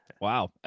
Wow